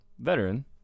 veteran